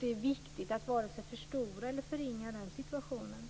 Det är viktigt att varken förstora eller förringa den situationen.